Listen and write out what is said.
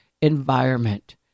environment